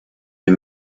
est